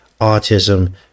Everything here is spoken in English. autism